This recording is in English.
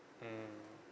mmhmm